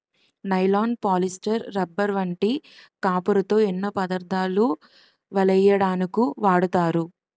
nylon, polyester, rubber వంటి కాపరుతో ఎన్నో పదార్ధాలు వలెయ్యడానికు వాడతారు